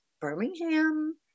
Birmingham